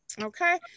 Okay